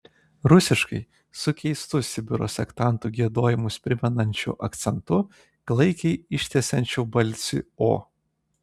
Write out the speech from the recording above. rusiškai su keistu sibiro sektantų giedojimus primenančiu akcentu klaikiai ištęsiančiu balsį o